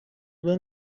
well